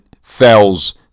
Fells